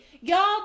y'all